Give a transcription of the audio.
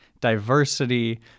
diversity